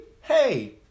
hey